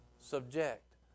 Subject